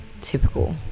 typical